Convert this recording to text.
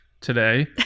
today